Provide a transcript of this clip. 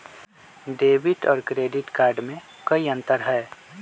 Debit और credit card में कई अंतर हई?